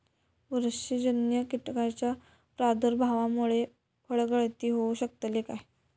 बुरशीजन्य कीटकाच्या प्रादुर्भावामूळे फळगळती होऊ शकतली काय?